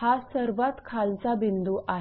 हा सर्वात खालचा बिंदू आहे